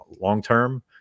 long-term